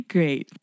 Great